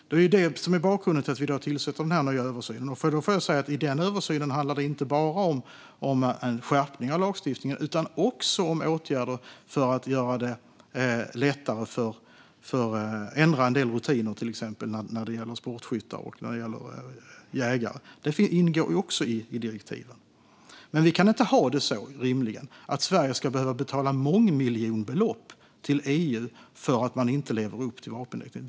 Det är detta som är bakgrunden till att vi låter göra denna nya översyn. I den översynen handlar det inte bara om en skärpning av lagstiftningen utan också om åtgärder för att göra det lättare för sportskyttar och jägare och till exempel ändra en del rutiner. Det ingår också i direktivet. Vi i Sverige kan rimligen inte ha det så att vi ska behöva betala mångmiljonbelopp till EU för att vi inte lever upp till vapendirektivet.